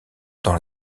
dans